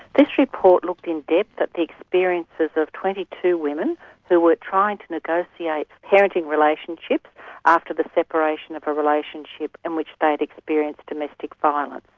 this report looked in depth at the experiences of twenty two women who were trying to negotiate parenting relationship after the separation of the relationship in which they'd experienced domestic violence.